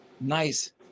nice